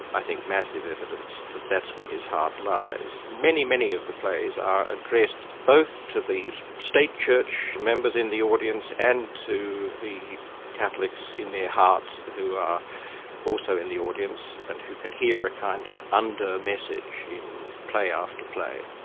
i think, massive evidence that that's where his heart lies. many, many of the plays are addressed both to the state church, members in the audience and to the catholics in their hearts who are also in the audience and who can hear a kind of under-message in play after play.